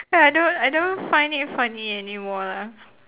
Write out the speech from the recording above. I don't I don't find it funny anymore lah